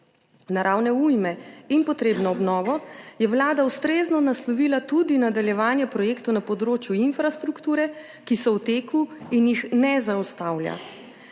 naravne ujme in potrebno obnovo je Vlada ustrezno naslovila tudi nadaljevanje projektov na področju infrastrukture, ki so v teku in jih ne zaustavlja.